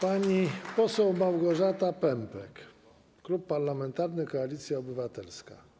Pani poseł Małgorzata Pępek, Klub Parlamentarny Koalicja Obywatelska.